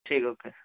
ठीक ओके